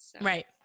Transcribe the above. Right